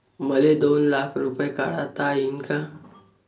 मले दोन लाख रूपे काढता येईन काय?